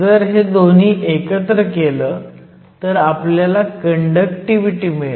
जर हे दोन्ही एकत्र केलं तर आपल्याला कंडक्टिव्हिटी मिळेल